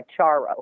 Charo